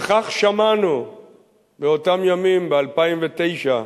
וכך שמענו באותם ימים, ב-2009: